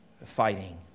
fighting